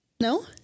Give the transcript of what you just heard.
No